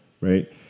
right